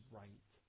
right